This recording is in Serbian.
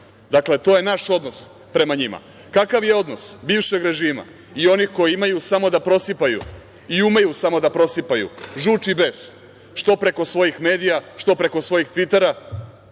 Dakle, to je naš odnos prema njima. Kakav je odnos bivšeg režima i onih koji imaju samo da prosipaju i umeju samo da prosipaju žuč i bes, što preko svojih medija, što preko svojih tvitera.